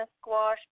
squash